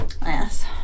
yes